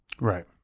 right